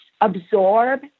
absorb